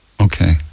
Okay